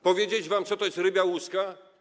Powiedzieć wam, co to jest rybia łuska?